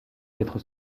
d’être